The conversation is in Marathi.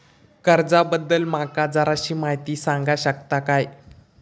कर्जा बद्दल माका जराशी माहिती सांगा शकता काय?